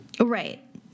right